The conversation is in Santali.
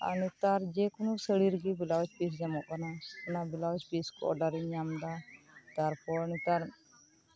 ᱟᱨ ᱱᱮᱛᱟᱨ ᱡᱮᱠᱳᱱᱳ ᱥᱟᱹᱲᱤ ᱨᱮᱜᱮ ᱵᱞᱟᱣᱩᱡᱽ ᱯᱤᱥ ᱧᱟᱢᱚᱜ ᱠᱟᱱᱟ ᱚᱱᱟ ᱵᱞᱟᱣᱩᱡᱽ ᱯᱤᱥᱠᱚ ᱚᱰᱟᱨ ᱤᱧ ᱧᱟᱢ ᱮᱫᱟ ᱛᱟᱨᱯᱚᱨ ᱱᱮᱛᱟᱨ